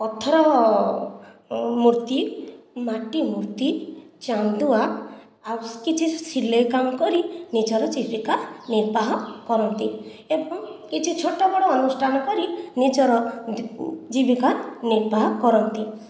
ପଥରମୂର୍ତ୍ତି ମାଟିମୂର୍ତ୍ତି ଚାନ୍ଦୁଆ ଆଉ କିଛି ସିଲେଇ କାମ କରି ନିଜର ଜୀବିକା ନିର୍ବାହ କରନ୍ତି ଏବଂ କିଛି ଛୋଟ ବଡ଼ ଅନୁଷ୍ଠାନ କରି ନିଜର ଜୀବିକା ନିର୍ବାହ କରନ୍ତି